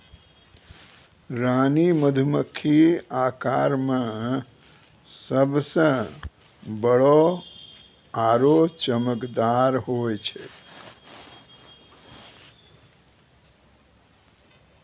रानी मधुमक्खी आकार मॅ सबसॅ बड़ो आरो चमकदार होय छै